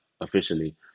officially